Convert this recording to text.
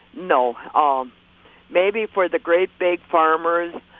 no. um maybe for the great, big farmers,